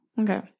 okay